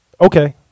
Okay